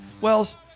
Wells